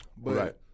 Right